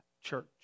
church